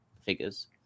figures